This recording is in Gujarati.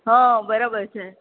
હા બરોબર છે